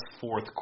fourth